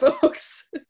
folks